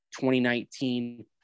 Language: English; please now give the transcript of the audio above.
2019